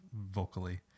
vocally